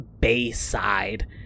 bayside